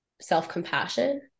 self-compassion